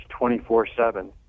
24-7